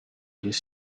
this